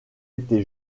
été